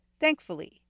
thankfully